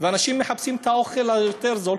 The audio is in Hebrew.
ואנשים מחפשים את האוכל היותר-זול,